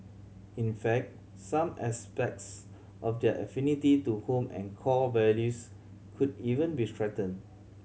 in fact some aspects of their affinity to home and core values could even be strengthened